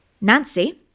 Nancy